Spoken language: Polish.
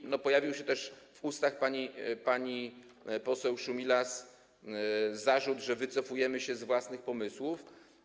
I pojawił się też w ustach pani poseł Szumilas zarzut, że wycofujemy się z własnych pomysłów.